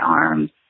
arms